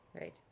Right